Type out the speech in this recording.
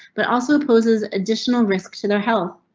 but also opposes additional risk to their health.